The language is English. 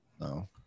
No